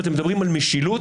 אתם מדברים על משילות,